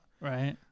Right